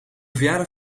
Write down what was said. verjaardag